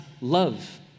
love